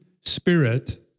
spirit